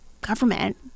government